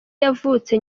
yavutse